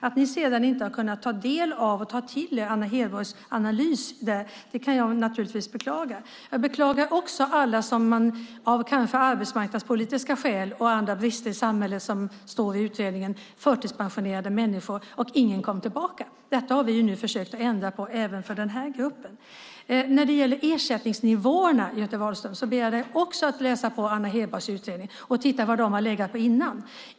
Att ni sedan inte har kunnat ta till er Anna Hedborgs analys kan jag naturligtvis beklaga. Jag beklagar också alla människor som man förtidspensionerade, kanske av arbetsmarknadspolitiska skäl och andra brister i samhället som det står i utredningen. Ingen kom tillbaka. Detta har vi nu försökt ändra på även för den här gruppen. När det gäller ersättningsnivåerna, Göte Wahlström, ber jag dig också läsa Anna Hedborgs utredning och titta vad de har legat på innan.